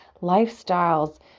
lifestyles